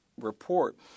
report